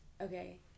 Okay